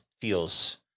feels